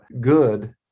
good